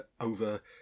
over